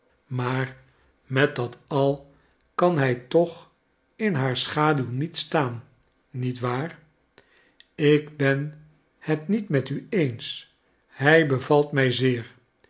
maar met dat al kan hij toch in haar schaduw niet staan niet waar ik ben het niet met u eens hij bevalt mij zeer